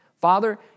Father